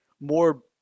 more